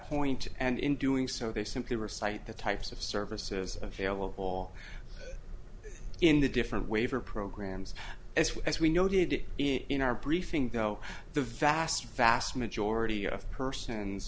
point and in doing so they simply recite the types of services available in the different waiver programs as well as we noted in our briefing though the vast vast majority of persons